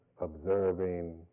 observing